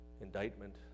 indictment